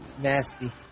Nasty